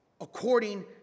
according